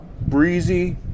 breezy